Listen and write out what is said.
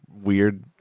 weird